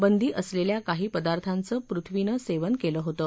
बंदी असलेल्या काही पदार्थांचं पृथ्वीनं सेवन केलं होतं